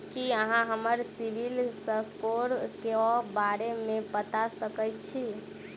की अहाँ हमरा CIBIL score क बारे मे बता सकइत छथि?